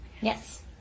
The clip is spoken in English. Yes